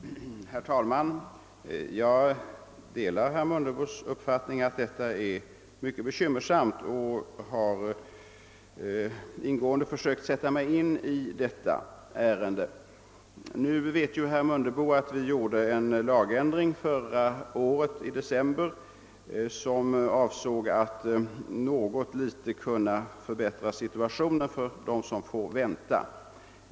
Herr talman! Jag delar herr Munde bos uppfattning att detta är mycket bekymmersamt, och jag har ingående försökt sätta mig in i ärendet. Nu vet ju herr Mundebo att vi gjorde en lagändring i december förra året som avsåg att något litet förbättra situationen för dem som får vänta.